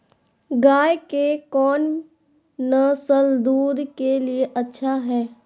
गाय के कौन नसल दूध के लिए अच्छा है?